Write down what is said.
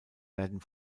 werden